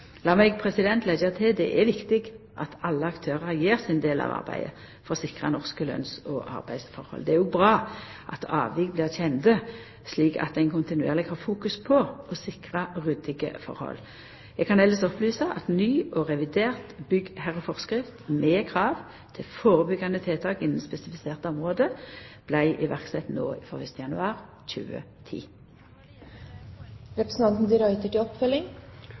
til at det er viktig at alle aktørar gjer sin del av arbeidet for å sikra norske lønns- og arbeidstilhøve. Det er òg bra at avvik blir kjende, slik at ein kontinuerleg har fokus på å sikra ryddige tilhøve. Eg kan elles opplysa at ny og revidert byggherreføresegn, med krav til førebyggjande tiltak innan spesifiserte område, vart iverksett no frå 1. januar